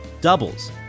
doubles